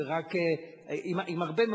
ועם הרבה מאוד,